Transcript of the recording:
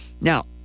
Now